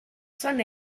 son